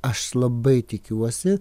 aš labai tikiuosi